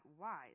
wise